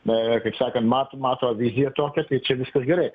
na kaip sakant mato mato viziją tokią tai čia viskas gerai